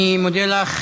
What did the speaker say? אני מודה לך.